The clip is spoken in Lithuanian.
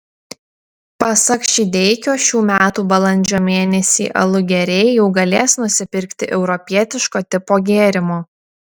pasak šydeikio šių metų balandžio mėnesį alugeriai jau galės nusipirkti europietiško tipo gėrimo